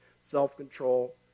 self-control